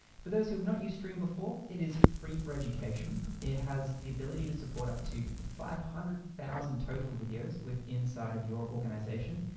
for those who have not used stream before, it is free for education. it has the ability to support up to five hundred thousand total videos with inside of your organization.